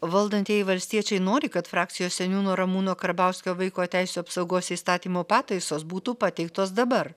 valdantieji valstiečiai nori kad frakcijos seniūno ramūno karbauskio vaiko teisių apsaugos įstatymo pataisos būtų pateiktos dabar